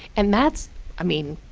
and that's i mean,